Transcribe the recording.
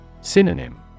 Synonym